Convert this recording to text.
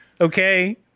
okay